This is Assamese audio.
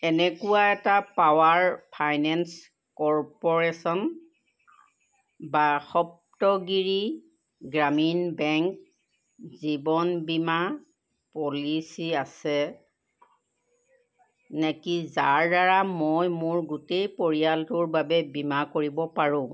এনেকুৱা এটা পাৱাৰ ফাইনেন্স কৰ্প'ৰেশ্যন বা সপ্তগিৰি গ্ৰামীণ বেংক জীৱন বীমা পলিচি আছে নেকি যাৰ দ্বাৰা মই মোৰ গোটেই পৰিয়ালটোৰ বাবে বীমা কৰিব পাৰোঁ